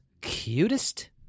Cutest